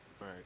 Right